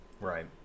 right